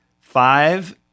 Five